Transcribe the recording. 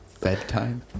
bedtime